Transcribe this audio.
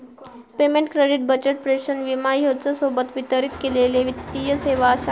payment, credit, बचत, प्रेषण, विमा ह्येच्या सोबत वितरित केलेले वित्तीय सेवा अश्या सगळ्याकांच सेवा म्ह्णतत